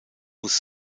muss